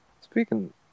Speaking